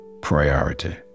priority